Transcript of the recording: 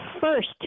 first